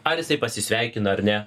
ar jisai pasisveikina ar ne